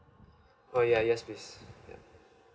oh yeah yes please yup